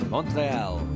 Montreal